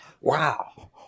Wow